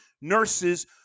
nurses